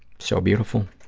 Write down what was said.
so beautiful,